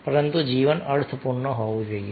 પરંતુ જીવન અર્થપૂર્ણ હોવું જોઈએ